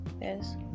Yes